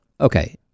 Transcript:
Okay